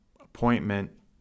appointment